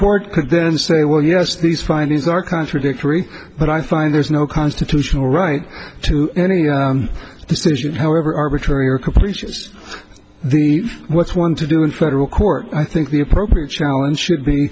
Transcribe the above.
could then say well yes these findings are contradictory but i find there's no constitutional right to any decision however arbitrary or complete it's the what's one to do in federal court i think the appropriate challenge should be